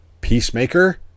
Peacemaker